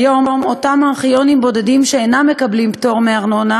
כיום אותם ארכיונים בודדים שאינם מקבלים פטור מארנונה